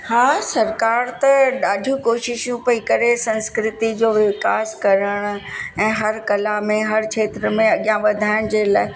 हा सरकारि त ॾाढो कोशिशियूं पेई करे संस्कृति जो विकास करनि ऐं हर कला में हर खेत्र में अगियां वधाइण जे लाइ